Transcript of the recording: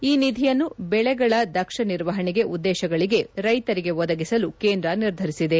ಈ ನಿಧಿಯನ್ನು ಬೆಳೆಗಳ ದಕ್ಷ ನಿರ್ವಹಣೆ ಉದ್ದೇಶಗಳಿಗೆ ರೈತರಿಗೆ ಒದಗಿಸಲು ಕೇಂದ್ರ ನಿರ್ಧರಿಸಿದೆ